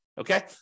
okay